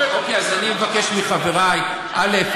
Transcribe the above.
אני מבקש מחברי, א.